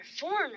foreigners